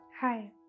Hi